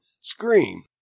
scream